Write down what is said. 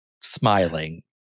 smiling